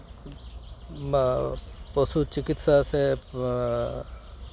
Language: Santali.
ᱵᱟ ᱯᱚᱥᱩ ᱪᱤᱠᱤᱛᱥᱟ ᱥᱮ